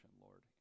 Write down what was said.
Lord